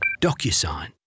DocuSign